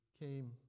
came